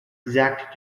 exact